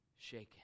shaken